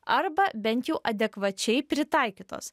arba bent jau adekvačiai pritaikytos